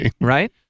Right